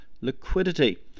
Liquidity